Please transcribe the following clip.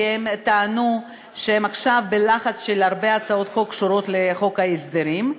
כי הם טענו שהם עכשיו בלחץ של הרבה הצעות חוק שקשורות לחוק ההסדרים.